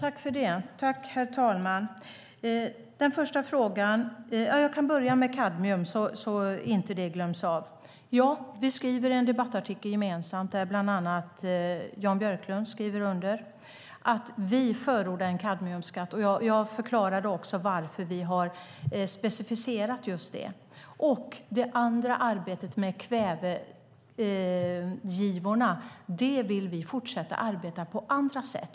Herr talman! Jag börjar med frågan om kadmium. Vi skriver i en gemensam debattartikel som bland andra Jan Björklund skriver under att vi förordar en kadmiumskatt. Jag förklarade också varför vi har specificerat just det. Det andra arbetet med kvävegivorna vill vi fortsätta på andra sätt.